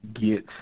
get